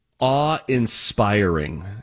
awe-inspiring